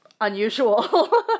unusual